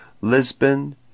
Lisbon